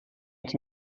que